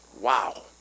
Wow